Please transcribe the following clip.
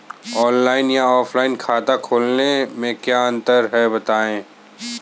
Online या offline खाता खोलने में क्या अंतर है बताएँ?